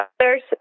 others